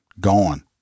gone